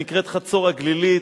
שנקראת חצור-הגלילית.